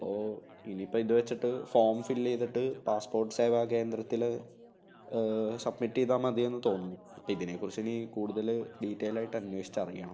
അപ്പോൾ ഇനി ഇപ്പം ഇതുവച്ചിട്ട് ഫോം ഫില്ല് ചെയിതിട്ട് പാസ്പോര്ട്ട് സേവാ കേന്ദ്രത്തിൽ സബ്മിറ്റ് ചെയ്താൽ മതിയെന്ന് തോന്നുന്നു ഇപ്പോൾ ഇതിനെ കുറിച്ച് ഇനി കൂടുതൽ ഡീറ്റൈലായിട്ട് അന്വേഷിച്ച് അറിയണം